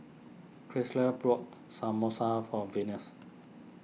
Krystle brought Samosa for Venus